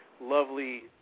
lovely